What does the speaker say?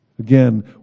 Again